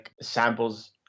samples